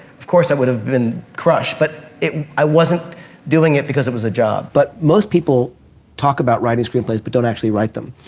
of course i would have been crushed, but i wasn't doing it because it was a job. but most people talk about writing screenplays but don't actually write them.